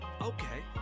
Okay